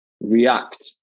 react